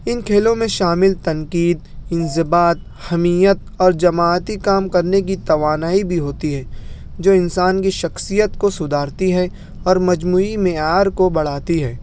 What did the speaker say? ان کھیلوں میں شامل تنقید انضباط حمیت اور جماعتی کام کرنے کی توانائی بھی ہوتی ہے جو انسان کی شخصیت کو سدھارتی ہے اور مجموعی معیار کو بڑھاتی ہے